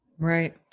Right